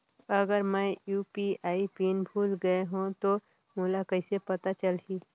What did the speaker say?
अगर मैं UPI PIN भुल गये हो तो मोला कइसे पता चलही?